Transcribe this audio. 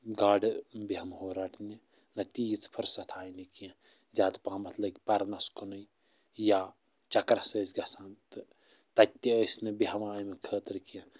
گاڈٕ بیٚہمہو رَٹنہِ نَہ تیٖژ فٔرسَت آیہِ نہٕ کیٚنٛہہ زیادٕ پہمَتھ لٔگۍ پَرنَس کُنٕے یا چَکرَس ٲسۍ گَژھان تہٕ تَتہِ ٲسی نہٕ بیٚہوان اَمہِ خٲطرٕ کیٚنٛہہ